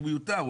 הוא מיותר.